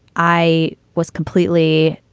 i was completely.